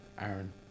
Aaron